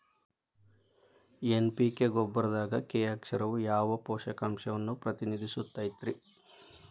NPK ರಸಗೊಬ್ಬರದಾಗ K ಅಕ್ಷರವು ಯಾವ ಪೋಷಕಾಂಶವನ್ನ ಪ್ರತಿನಿಧಿಸುತೈತ್ರಿ?